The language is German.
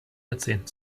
jahrzehnten